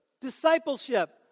discipleship